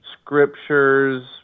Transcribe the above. scriptures